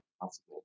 possible